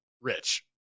rich